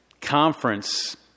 conference